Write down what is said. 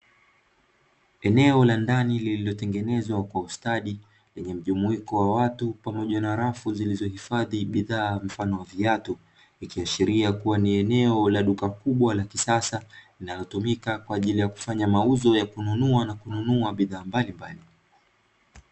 Eneo la ndani lililotengezwa kwa ustadi lenye mjumuiko wa watu pamoja na rafu zilizohifadhi bidhaa aina ya viatu, ikiashiria kuwa ni eneo la duka kubwa la kisasa linalotumika kwaajili ya kufanya mauzo na kununua bidhaa mbalimbali.